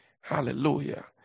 Hallelujah